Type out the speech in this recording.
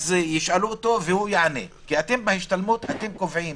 אז ישאלו אותו והוא יענה, כי בהשתלמות אתם קובעים